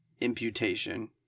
imputation